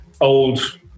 old